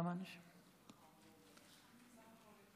חבר הכנסת דיין, בעד, חברת הכנסת אתי עטייה, בעד.